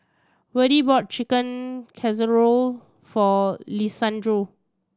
Verdie bought Chicken Casserole for Lisandro